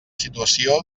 situació